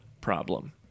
problem